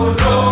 no